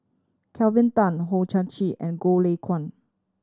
Kelvin Tan Hong Chang Chieh and Goh Lay Kuan